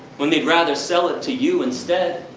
when they rather sell it to you instead.